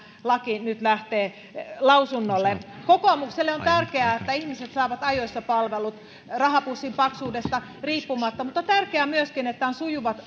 laki nyt lähtee lausunnolle kokoomukselle on tärkeää että ihmiset saavat palvelut ajoissa rahapussin paksuudesta riippumatta mutta tärkeää on myöskin että on sujuvat